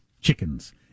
chickens